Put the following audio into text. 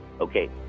Okay